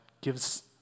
gives